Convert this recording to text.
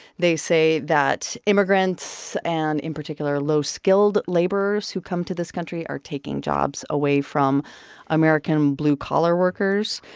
they say that immigrants and, in particular, low-skilled laborers who come to this country are taking jobs away from american blue-collar workers.